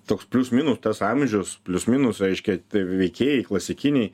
toks plius minus tas amžius plius minus reiškia tie veikėjai klasikiniai